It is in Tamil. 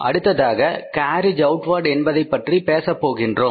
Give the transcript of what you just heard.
அடுத்ததாக கேரேஜ் அவுட் வார்டு என்பதை பற்றி பேசப்போகிறோம்